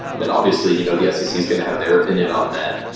and obviously you know the scc is going to have their opinion on that,